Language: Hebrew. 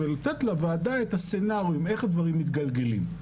ולתת לוועדה את הסצנריו איך הדברים מתגלגלים.